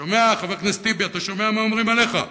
שומע, חבר הכנסת טיבי, אתה שומע מה אומרים עליך?